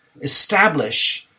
establish